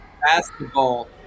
basketball